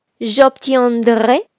J'obtiendrai